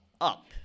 up